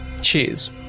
Cheers